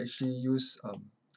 actually use um